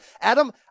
Adam